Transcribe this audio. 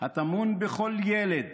הטמון בכל ילד